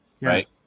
Right